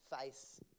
face